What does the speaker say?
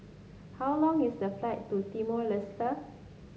how long is the flight to Timor Leste